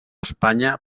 espanya